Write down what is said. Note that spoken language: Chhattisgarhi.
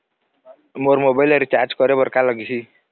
मोर मोबाइल ला रिचार्ज करे बर का लगही?